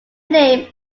name